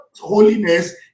holiness